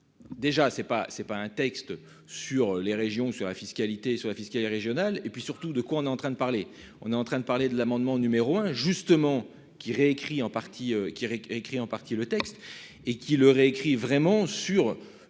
pas c'est pas un texte sur les régions sur la fiscalité, sur la fiscalité régionale et puis surtout de quoi on est en train de parler. On est en train de parler de l'amendement numéro un justement qui réécrit en partie qui écrit en partie le texte et qu'il le réécrit vraiment sur